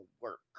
work